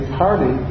party